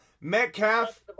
Metcalf